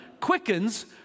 quickens